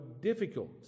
difficult